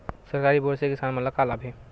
सरकारी बोर से किसान मन ला का लाभ हे?